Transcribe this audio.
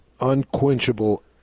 unquenchable